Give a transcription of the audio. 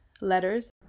letters